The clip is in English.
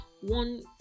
one